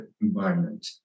environment